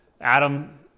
Adam